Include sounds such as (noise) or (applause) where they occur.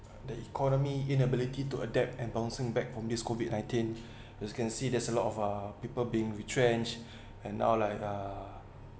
the economy inability to adapt and bouncing back from this COVID nineteen (breath) you can see there's a lot of uh people being retrenched (breath) and now like uh